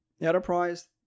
enterprise